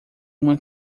uma